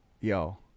Yo